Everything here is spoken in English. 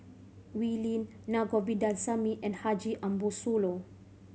Wee Lin Na Govindasamy and Haji Ambo Sooloh